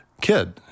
kid